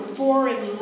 foreign